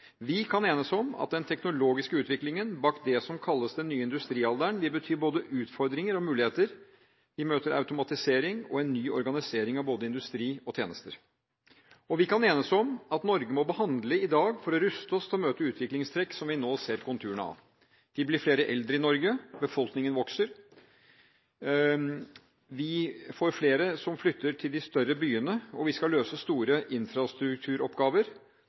Vi kan enes om at den teknologiske utviklingen bak det som kalles den nye industrialderen, vil bety både utfordringer og muligheter; vi møter automatisering og en ny organisering av både industri og tjenester. Vi kan enes om at Norge må handle i dag for å ruste oss til å møte utviklingstrekk som vi nå ser konturene av: Vi blir flere eldre i Norge, befolkningen vokser. Flere flytter til de større byene, og vi skal løse store infrastrukturoppgaver.